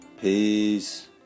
Peace